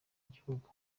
gihugu